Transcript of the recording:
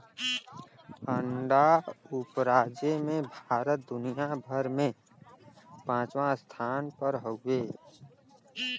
अंडा उपराजे में भारत दुनिया भर में पचवां स्थान पर हउवे